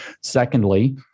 Secondly